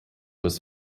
was